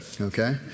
okay